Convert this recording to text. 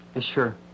sure